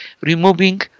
removing